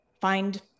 Find